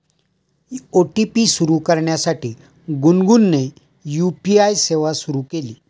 OTP सुरू करण्यासाठी गुनगुनने यू.पी.आय सेवा सुरू केली